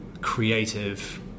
creative